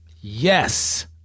yes